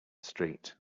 street